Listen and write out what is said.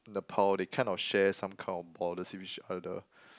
Nepal they kind of share some kind of border see which are the